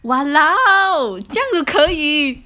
!walao! 这样也可以